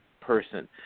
person